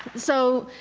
so,